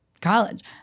college